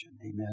Amen